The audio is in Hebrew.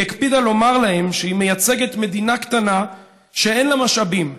היא הקפידה לומר להם שהיא מייצגת מדינה קטנה שאין לה משאבים,